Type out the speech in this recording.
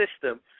system